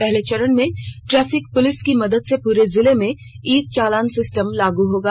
पहले चरण में ट्रैफिक पुलिस की मदद से पूरे जिले में ई चालान सिस्टम लागू होगा